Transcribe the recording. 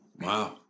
Wow